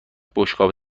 بشقاب